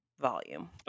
volume